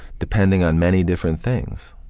depending on many different things.